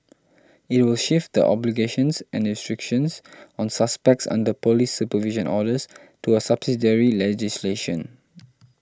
it will shift the obligations and restrictions on suspects under police supervision orders to a subsidiary legislation